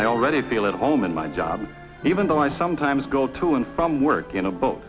i already feel at home in my job even though i sometimes go to and from work in a boat